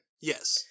Yes